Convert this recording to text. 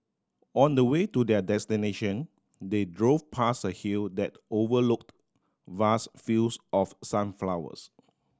on the way to their destination they drove past a hill that overlooked vast fields of sunflowers